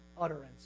utterance